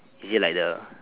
is it like the